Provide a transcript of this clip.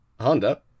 Honda